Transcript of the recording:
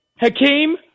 Hakeem